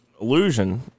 illusion